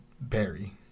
Barry